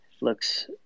looks